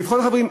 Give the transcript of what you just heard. תבחר את החברים,